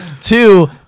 Two